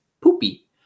poopy